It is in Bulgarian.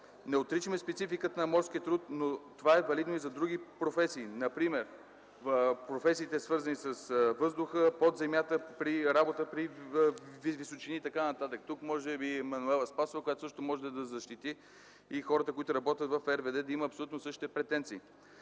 Не отричаме спецификата на морския труд, но това е валидно и за други професии, например професиите, свързани с въздуха, под земята, при работа при височини и така нататък. Тук може би е Емануела Спасова, която също може да защити и хората, които работят в РВД – да имат абсолютно същите претенции.